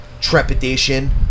trepidation